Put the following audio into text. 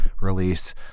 release